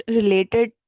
related